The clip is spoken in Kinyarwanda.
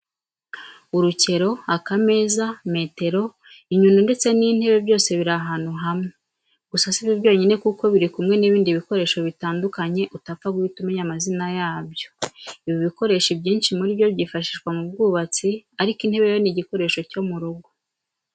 Urukero, akameza, metero, inyundo ndetse n'intebe byose biri ahantu hamwe. Gusa si byo byonyine kuko biri kumwe n'ibindi bikoresho bitandukanye utapfa guhita umenya amazina yabyo. Ibi bikoresho ibyinshi muri byo byifashishwa mu bwubutsi ariko intebe yo ni n'igikoresho cyo mu rugo.